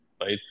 right